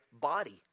body